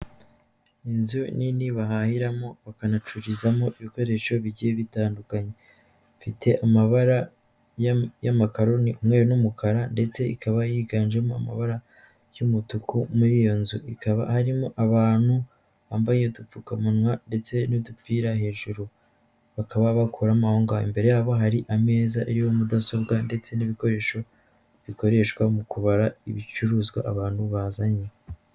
Inzu nini bahahiramo bakana cururizamo ibikoresho bigiye bitandukanye ifite amabara y'amakaroni umweru n'umukara, ndetse ikaba yiganjemo amabara y'umutuku muri iyo nzu ikaba arimo abantu bambaye udupfukamunwa ndetse n'udufira hejuru. Bakaba bakoramo ngo imbere yabo hari ameza iyo mudasobwa ndetse n'ibikoresho bikoreshwa mu kubara ibicuruzwa abantu bazanye.